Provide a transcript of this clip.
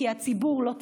כי הציבור לא טיפש.